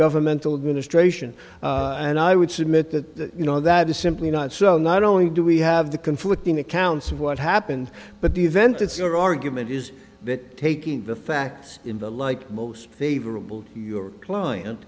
ssion and i would submit that you know that is simply not so not only do we have the conflicting accounts of what happened but the event it's your argument is that taking the facts in the like most favorable your client